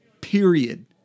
period